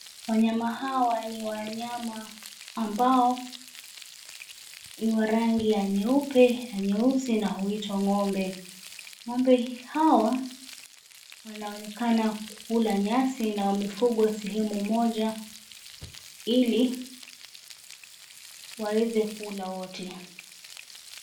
Wanyama hawa ni wanyama ambao ni wa rangi ya nyeupe na nyeusi na huitwa ng'ombe. Ng'ombe hawa wanaonekana kula nyasi na wamefugwa sehemu moja ili waweze kula wote.